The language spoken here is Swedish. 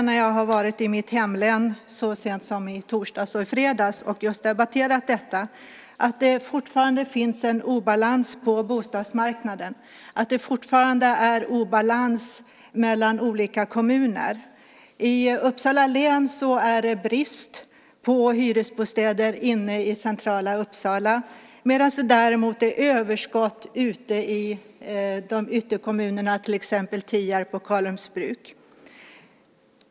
När jag har varit i mitt hemlän, så sent som i torsdags och i fredags, och debatterat detta har jag kunnat konstatera att det fortfarande finns en obalans på bostadsmarknaden och att det fortfarande är en obalans mellan olika kommuner. I Uppsala län är det brist på hyresbostäder inne i centrala Uppsala, medan det är överskott ute i ytterkommunerna, till exempel Tierp och Karlholmsbruk.